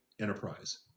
enterprise